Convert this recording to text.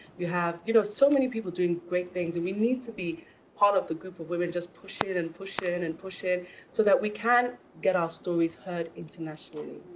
you have you know so many people doing great things. and we need to be part of the group of women just pushing and pushing and and pushing so that we can get our stories heard internationally.